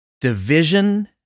Division